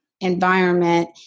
environment